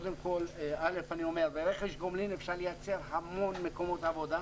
א', ברכש גומלין אפשר לייצר המון מקומות עבודה.